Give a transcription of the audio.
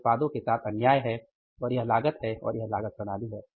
यह उत्पादों के साथ अन्याय है और यह लागत है और यह लागत प्रणाली है